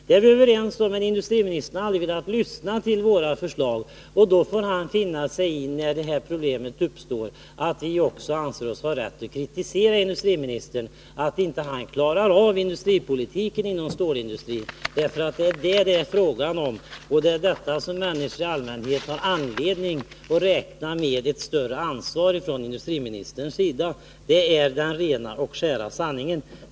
Vi är alltså överens om detta, men industriministern har aldrig velat lyssna på oss när vi framfört våra förslag. När de här problemen nu uppstår får industriministern finna sig i att vi anser oss ha rätt att kritisera honom för att han inte klarar av industripolitiken då det gäller stålindustrin. Det är detta det är fråga om, och allmänheten har anledning att räkna med ett större ansvar från industriministerns sida — det är den rena och skära sanningen.